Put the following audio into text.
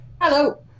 Hello